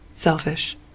selfish